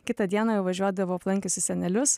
kitą dieną jau važiuodavau aplankiusi senelius